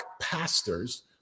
pastors